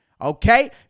okay